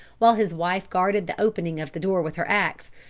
while his wife guarded the opening of the door with her ax,